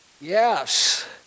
Yes